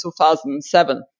2007